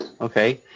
Okay